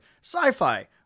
sci-fi